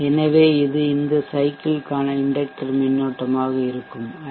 எனவே இது இந்த சைக்கிள் க்கான இண்டெக்டர் மின்னோட்டமாக இருக்கும் ஐ